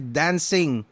dancing